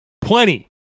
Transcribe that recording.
Plenty